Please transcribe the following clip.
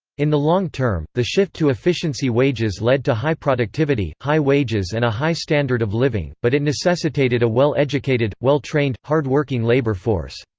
in the long term, the shift to efficiency wages led to high productivity, high wages and a high standard of living, but it necessitated a well-educated, well-trained, hard-working labor force.